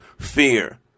fear